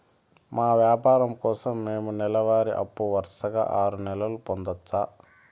మా వ్యాపారం కోసం మేము నెల వారి అప్పు వరుసగా ఆరు నెలలు పొందొచ్చా?